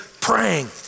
praying